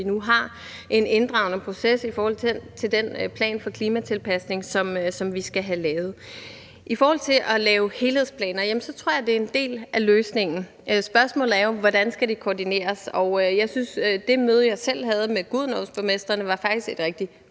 nu har en inddragende proces i forhold til den plan for klimatilpasning, som vi skal have lavet. I forhold til at lave helhedsplaner tror jeg det er en del af løsningen. Spørgsmålet er jo, hvordan det skal koordineres. Jeg synes, at det møde, jeg selv havde, med Gudenåborgmestrene faktisk var et rigtig